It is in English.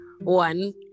one